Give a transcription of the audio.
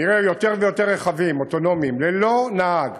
נראה יותר ויותר רכבים אוטונומיים ללא נהג